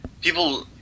people